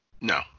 No